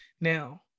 Now